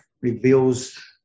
reveals